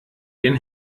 den